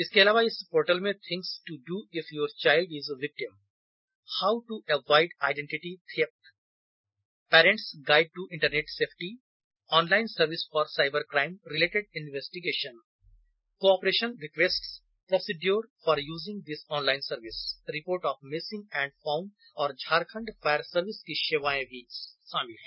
इनके अलावा इस पोर्टल में things to do if your child is victim how to avoid आइडेटिटी theft parents guide to internet safety online service for cyber crime related investigation cooperation requests procedure for using this online service report of missing and found और Jharkhand fire service की सेवाएं भी शामिल हैं